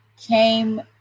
came